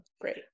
Great